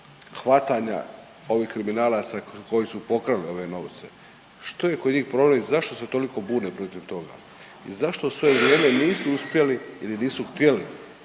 hvatanja ovih kriminalaca koji su pokrali ove novce? Što je kod njih problem i zašto se toliko bune protiv toga? I zašto u svoje vrijeme nisu uspjeli ili nisu htjeli